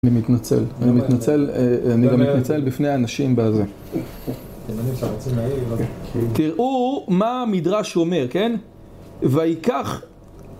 אני מתנצל, אני מתנצל, אני גם מתנצל בפני האנשים באזרם תראו מה המדרש אומר, כן? וייקח